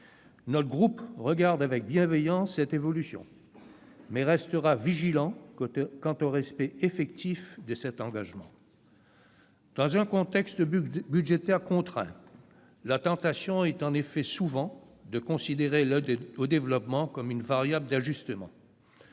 Territoires regarde avec bienveillance cette évolution, mais restera vigilant quant au respect effectif de cet engagement. Dans un contexte budgétaire contraint, la tentation est en effet, souvent, de considérer l'aide au développement comme une variable d'ajustement.